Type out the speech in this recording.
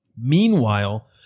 Meanwhile